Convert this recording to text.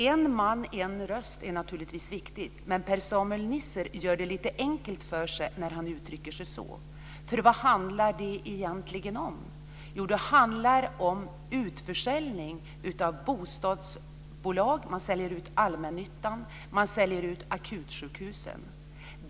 Herr talman! En man-en röst är naturligtvis viktigt. Men Per-Samuel Nisser gör det lite enkelt för sig när han uttrycker sig så. För vad handlar det egentligen om? Jo, det handlar om utförsäljning av bostadsbolag. Man säljer ut allmännyttan, man säljer ut akutsjukhusen.